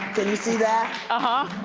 you see that? ah